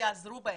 תיעזרו בהם.